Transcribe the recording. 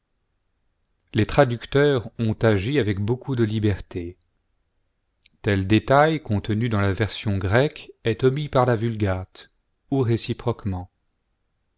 les traducteurs ont agi avec beaucoup de liberté tel détail contenu dans la version grecque est omis par la vulgate ou réciproquement